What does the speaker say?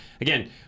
Again